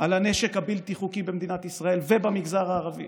על הנשק הבלתי-חוקי במדינת ישראל ובמגזר הערבי.